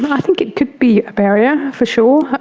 but i think it could be a barrier, for sure,